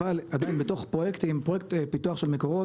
אבל פרויקט פיתוח של מקורות